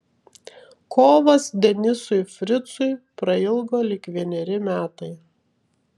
kovas denisui fricui prailgo lyg vieneri metai